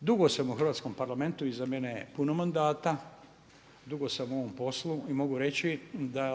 Dugo sam u Hrvatskom parlamentu, iza mene je puno mandata, dugo sam u ovom poslu i mogu reći da